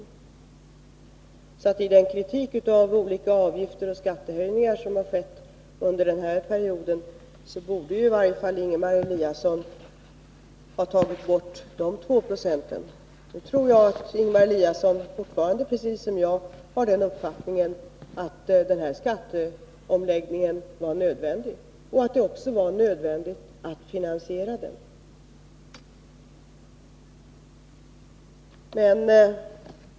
När det gäller den kritik av olika avgifter och skattehöjningar som har förekommit under nämnda period borde i varje fall Ingemar Eliasson ha tagit bort de 2 procenten. Jag tror att Ingemar Eliasson, precis som jag, fortfarande har den uppfattningen att skatteomläggningen var nödvändig och att det var nödvändigt att finansiera den.